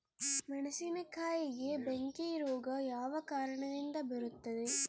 ಮೆಣಸಿನಕಾಯಿಗೆ ಬೆಂಕಿ ರೋಗ ಯಾವ ಕಾರಣದಿಂದ ಬರುತ್ತದೆ?